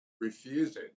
refusing